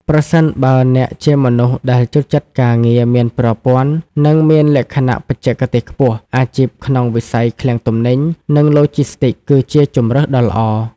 ប្រសិនបើអ្នកជាមនុស្សដែលចូលចិត្តការងារមានប្រព័ន្ធ និងមានលក្ខណៈបច្ចេកទេសខ្ពស់ អាជីពក្នុងវិស័យឃ្លាំងទំនិញ និងឡូជីស្ទីកគឺជាជម្រើសដ៏ល្អ។